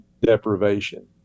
deprivation